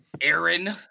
Aaron